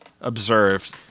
observed